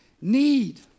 need